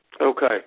Okay